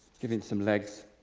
give him some legs.